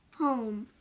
Home